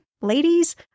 ladies